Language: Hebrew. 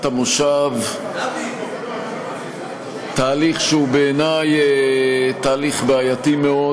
המושב תהליך שהוא בעיני בעייתי מאוד,